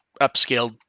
upscaled